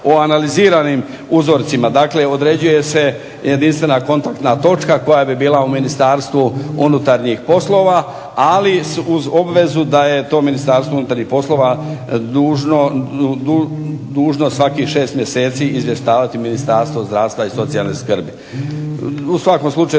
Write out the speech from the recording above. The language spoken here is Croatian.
o analiziranim uzorcima. Dakle, određuje se jedinstvena kontaktna točka koja bi bila u Ministarstvu unutarnjih poslova, ali uz obvezu da je to Ministarstvo unutarnjih poslova dužno svakih šest mjeseci izvještavati Ministarstvo zdravstva i socijalne skrbi. U svakom slučaju